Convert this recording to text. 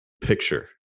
picture